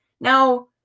Now